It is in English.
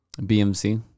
BMC